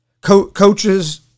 Coaches –